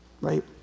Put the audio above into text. right